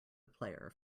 player